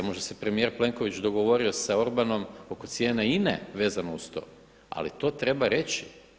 Možda se premijer Plenković dogovorio sa Orbanom oko cijene INA-e vezano uz to, ali to treba reći.